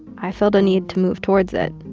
i felt a need to move towards it,